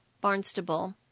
Barnstable